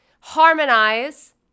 harmonize